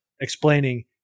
explaining